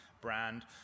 brand